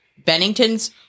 Bennington's